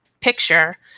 picture